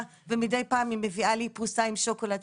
ומידי פעם היא מביאה לי פרוסה עם שוקולד,